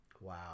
Wow